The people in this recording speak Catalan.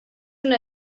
una